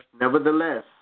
Nevertheless